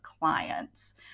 clients